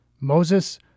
Moses